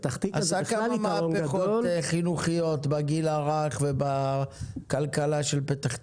הוא עשה כמה מהפכות חינוכיות בגיל הרך ובכלכלה של פתח תקווה.